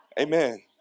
Amen